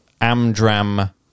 amdram